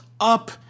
up